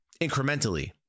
incrementally